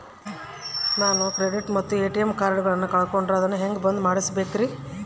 ನಾನು ಕ್ರೆಡಿಟ್ ಮತ್ತ ಎ.ಟಿ.ಎಂ ಕಾರ್ಡಗಳನ್ನು ಕಳಕೊಂಡರೆ ಅದನ್ನು ಹೆಂಗೆ ಬಂದ್ ಮಾಡಿಸಬೇಕ್ರಿ?